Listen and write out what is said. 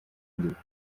ibikorwa